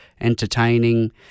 entertaining